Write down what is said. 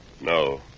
No